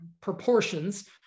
proportions